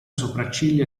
sopracciglia